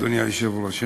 אדוני היושב-ראש,